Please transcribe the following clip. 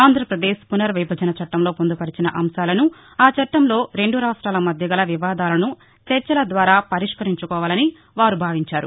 ఆంధ్రప్రదేశ్ పునర్ విభజన చట్టంలో పొందుపరచిన అంశాలను ఆ చట్టంలో రెండు రాష్ట్రాల మధ్యగల వివాదాలను చర్చల ద్వారా పరిష్కరించుకోవాలని వారు భావించారు